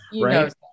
right